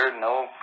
no